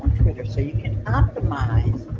so you can optimize